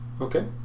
Okay